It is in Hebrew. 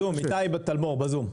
בבקשה.